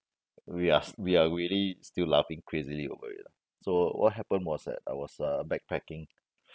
we are we are really still laughing crazily over it lah so what happened was that I was uh backpacking